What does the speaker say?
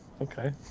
Okay